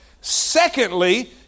Secondly